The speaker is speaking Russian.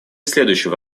следующего